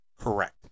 correct